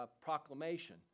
proclamation